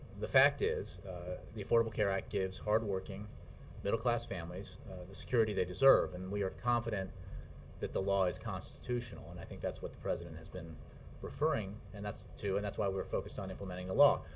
the fact is the affordable care act gives hardworking middle-class families the security they deserve. and we are confident that the law is constitutional, and i think that's what the president has been referring and to, and that's why we're focused on implementing the law.